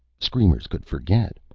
screamers could forget.